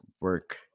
work